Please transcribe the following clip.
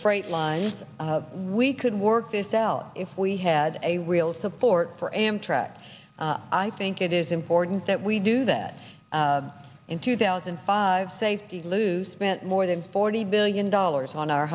freight lines we could work this out if we had a real support for amtrak i think it is important that we do that in two thousand and five safety lou spent more than forty billion dollars on our